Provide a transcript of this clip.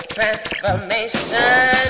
Transformation